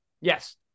Yes